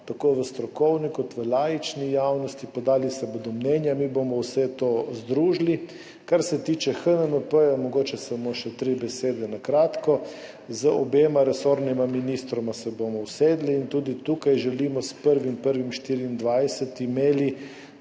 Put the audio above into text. tako v strokovni kot v laični javnosti, podala se bodo mnenja, mi bomo vse to združili. Kar se tiče HNMP mogoče samo še tri besede na kratko. Z obema resornima ministroma se bomo usedli in tudi tukaj želimo s 1. 1. 2024 imeti